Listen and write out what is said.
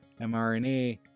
mRNA